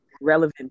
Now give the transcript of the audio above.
relevant